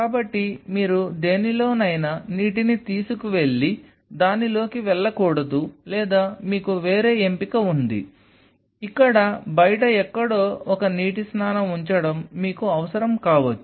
కాబట్టి మీరు దేనిలోనైనా నీటిని తీసుకువెళ్లి దానిలోకి వెళ్లకూడదు లేదా మీకు వేరే ఎంపిక ఉంది ఇక్కడ బయట ఎక్కడో ఒక నీటి స్నానం ఉంచడం మీకు అవసరం కావచ్చు